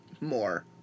more